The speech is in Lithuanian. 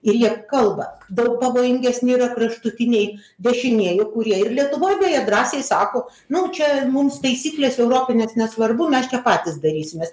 ir jie kalba daug pavojingesni yra kraštutiniai dešinieji kurie ir lietuvoj beje drąsiai sako nu čia mums taisyklės europinės nesvarbu mes čia patys darysimės